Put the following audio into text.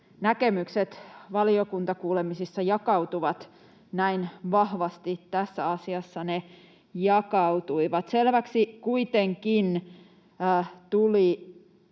näkemykset valiokuntakuulemisissa jakautuvat näin vahvasti. Tässä asiassa ne jakautuivat. Selväksi kuitenkin tuli